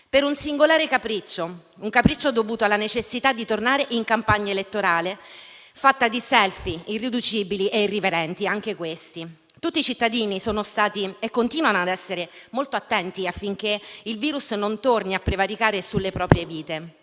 per un singolare capriccio dovuto alla necessità di tornare in campagna elettorale (fatta di *selfie*, anche questi irriducibili e irriverenti). Tutti i cittadini sono stati e continuano a essere molto attenti affinché il virus non torni a prevaricare sulle proprie vite.